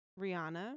Rihanna